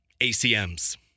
ACMs